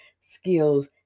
skills